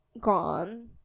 gone